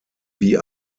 wie